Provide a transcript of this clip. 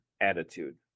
attitude